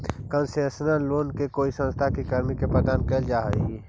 concessional loan कोई संस्था के कर्मी के प्रदान कैल जा हइ